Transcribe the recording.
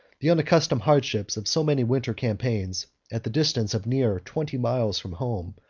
the unaccustomed hardships of so many winter campaigns at the distance of near twenty miles from home,